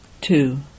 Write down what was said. Two